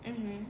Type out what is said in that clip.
mmhmm